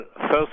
first